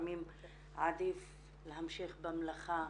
ולפעמים עדיף להמשיך במלאכה,